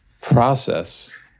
process